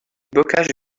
bocage